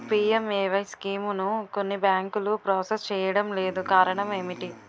PMAY స్కీమును కొన్ని బ్యాంకులు ప్రాసెస్ చేయడం లేదు కారణం ఏమిటి?